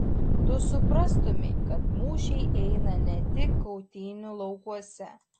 tu suprastumei kad mūšiai eina ne tik kautynių laukuose